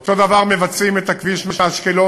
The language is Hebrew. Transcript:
אותו דבר מבצעים את הכביש מאשקלון,